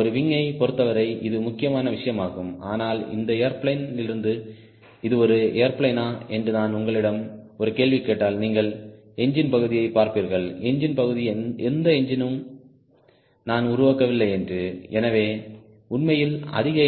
ஒரு விங்யைப் பொருத்தவரை இது முக்கியமான விஷயமாகும் ஆனால் இந்த ஏர்பிளேன் லிருந்து இது ஒரு ஏர்பிளேனா என்று நான் உங்களிடம் ஒரு கேள்வியைக் கேட்டால் நீங்கள் என்ஜின் பகுதியை பார்ப்பீர்கள் என்ஜின் பகுதி எந்த என்ஜினும் நாம் உருவாக்கவில்லை என்று எனவே உண்மையில் அதிக